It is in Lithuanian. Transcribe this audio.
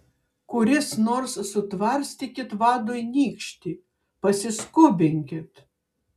kuris nors sutvarstykit vadui nykštį pasiskubinkit